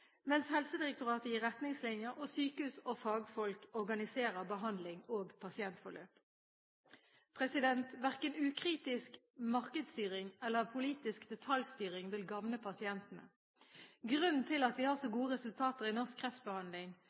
mens Helsedirektoratet gir retningslinjer, og sykehus og fagfolk organiserer behandling og pasientforløp. Verken ukritisk markedsstyring eller politisk detaljstyring vil gagne pasientene. Grunnen til at vi har så gode resultater i norsk kreftbehandling,